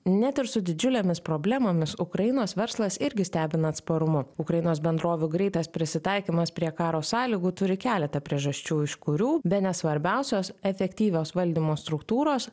net ir su didžiulėmis problemomis ukrainos verslas irgi stebina atsparumu ukrainos bendrovių greitas prisitaikymas prie karo sąlygų turi keletą priežasčių iš kurių bene svarbiausios efektyvios valdymo struktūros